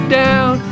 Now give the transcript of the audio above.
down